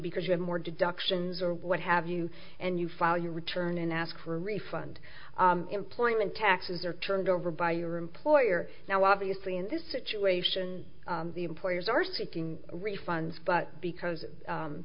because you have more deductions or what have you and you file your return and ask for a refund employment taxes are turned over by your employer now obviously in this situation the employers are seeking refunds but because